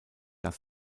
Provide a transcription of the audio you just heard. das